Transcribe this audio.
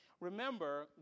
Remember